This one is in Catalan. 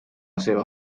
seva